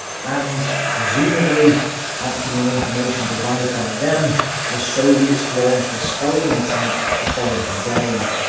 and presumably acting on information provided by them the soviets launched a spoiling attack the following day.